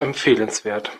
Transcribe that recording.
empfehlenswert